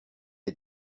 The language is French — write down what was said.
est